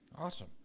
awesome